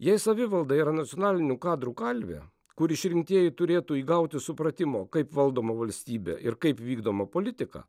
jei savivalda yra nacionalinių kadrų kalvė kur išrinktieji turėtų įgauti supratimo kaip valdoma valstybė ir kaip vykdoma politika